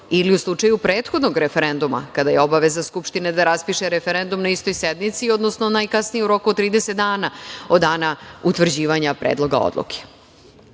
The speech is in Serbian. ili u slučaju prethodnog referenduma, kada je obaveza Skupštine da raspiše referendum na istoj sednici, odnosno najkasnije u roku od 30 dana od dana utvrđivanja Predloga odluke. Takođe